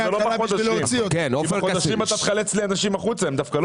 זה לא בחודשים כי בחודשים אתה תחלץ אנשים החוצה והם דווקא לא